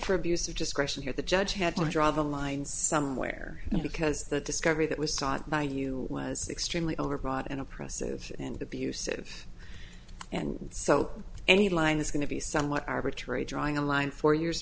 for abuse of discretion here the judge had to draw the line somewhere and because the discovery that was sought by you was extremely overbroad and oppressive and abusive and so any line is going to be somewhat arbitrary drawing a line four years